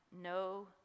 no